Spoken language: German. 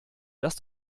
dass